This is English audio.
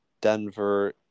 Denver